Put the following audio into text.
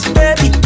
baby